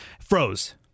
froze